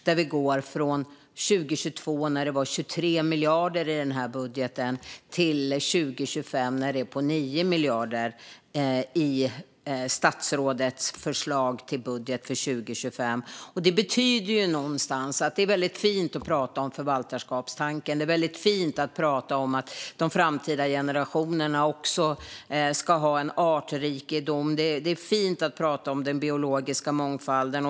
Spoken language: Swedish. Den här budgeten går från 23 miljarder år 2022 till 9 miljarder år 2025, enligt statsrådets förslag till budget för 2025. Det är fint att prata om förvaltarskapstanken, om att de framtida generationerna också ska ha en artrikedom och om den biologiska mångfalden.